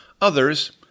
Others